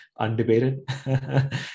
undebated